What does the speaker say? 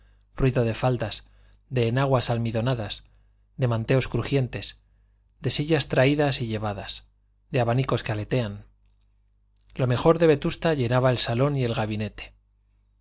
ruido de faldas de enaguas almidonadas de manteos crujientes de sillas traídas y llevadas de abanicos que aletean lo mejor de vetusta llenaba el salón y el gabinete